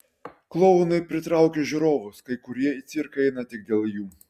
klounai pritraukia žiūrovus kai kurie į cirką eina tik dėl jų